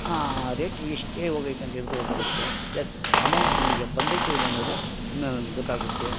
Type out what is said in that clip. ಆ ರೇಟ್ ಎಷ್ಟೇ ಹೋಗೈತಂತೇಳ್ಬಿಟ್ಟು ಬರುತ್ತೆ ಪ್ಲಸ್ ಅಮೌಂಟ್ ನನಗೆ ಬಂದೈತೋ ಇಲ್ವೋ ಅನ್ನೋದು ನ ಗೊತ್ತಾಗುತ್ತೆ